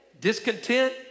discontent